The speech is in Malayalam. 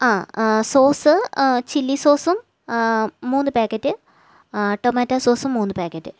ആ സോസ് ചില്ലി സോസും മൂന്ന് പാക്കറ്റ് ടൊമാറ്റോ സോസും മൂന്ന് പാക്കറ്റ്